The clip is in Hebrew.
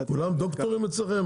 כולם דוקטורים אצלכם?